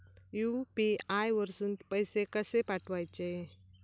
UPI वरसून पैसे कसे पाठवचे?